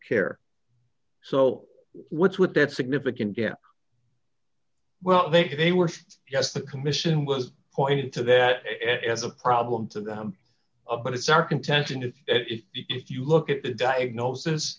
care so what's with that significant gap well they they were yes the commission was pointed to that as a problem to a but it's our contention if you look at the diagnosis